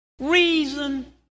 reason